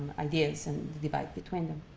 ideas, and debate between them.